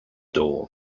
dawn